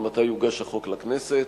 ומתי יוגש החוק לכנסת?